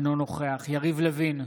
אינו נוכח יריב לוין,